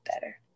better